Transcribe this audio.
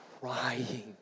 crying